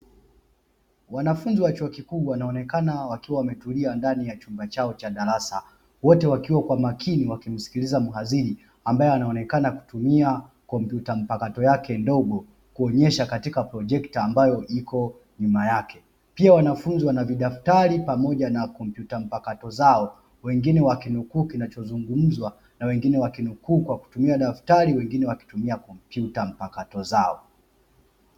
Wanafunzi wa chuo kikuu wanaonekana wakiwa wametulia ndani ya chumba chao cha darasa. Wote wakiwa kwa makini wakimsikiliza mhadhiri ambaye anaonekana kutumia kompyuta mpakato yake ndogo, kuonyesha katika projekta mbayo iko nyuma yake. Pia wanafunzi wana vidaftari pamoja na kompyuta mpakato zao. Wengine wakinukuu kinachozungumzwa na wengine wakinukuu kwa kutumia daftari, wengine wakitumia kompyuta mpakato zao.